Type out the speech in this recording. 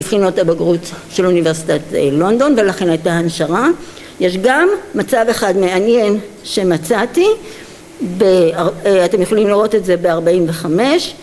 מבחינות הבגרות של אוניברסיטת לונדון ולכן הייתה הנשרה יש גם מצב אחד מעניין שמצאתי בה אה אתם יכולים לראות את זה בארבעים וחמש